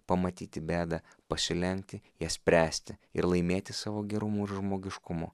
pamatyti bėdą pasilenkti ją spręsti ir laimėti savo gerumu ir žmogiškumu